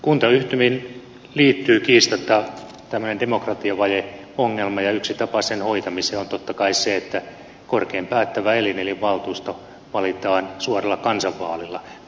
kuntayhtymiin liittyy kiistatta tämmöinen demokratiavajeongelma ja yksi tapa sen hoitamiseen on totta kai se että korkein päättävä elin eli valtuusto valitaan suoralla kansanvaalilla